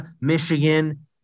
Michigan